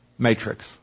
Matrix